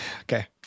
Okay